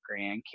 grandkids